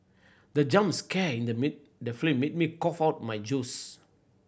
the jump scare in the mid the flame made me cough out my juice